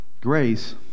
grace